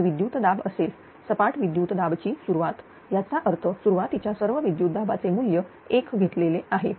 ते विद्युत दाब असेल सपाट विद्युत दाबाची सुरुवात याचा अर्थ सुरुवातीच्या सर्व विद्युत दाबाचे मूल्य 1 घेतलेले आहे